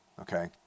okay